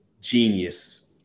genius